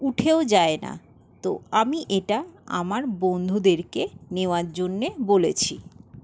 উঠেও যায় না তো আমি এটা আমার বন্ধুদেরকে নেওয়ার জন্যে বলেছি